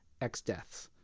X-Deaths